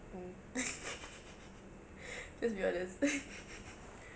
mm just be honest